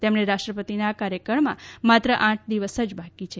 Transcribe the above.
તેમણે રાષ્ટ્રપતિના કાર્યકાળમાં માત્ર આઠ દિવસ જ બાકી છે